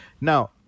Now